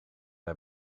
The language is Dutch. hij